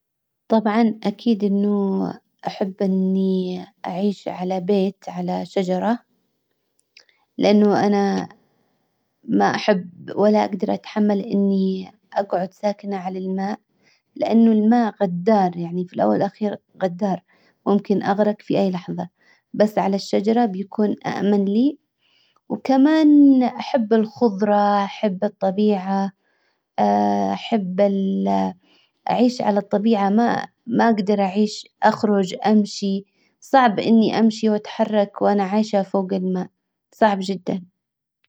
طبعا اكيد انه احب اني اعيش على بيت على شجرة لانه انا ما احب ولا اقدر اتحمل اني اجعد ساكنة على الماء لانه الماء غدار يعني في الاول والاخير غدار ممكن اغرق في لى لحظة. بس على الشجرة بيكون اأمن لي. وكمان احب الخضرة احب الطبيعة. احب اعيش على الطبيعة ما ما اقدر اعيش اخرج امشي. صعب اني امشي واتحرك وانا عايشة فوق الماء. صعب جدا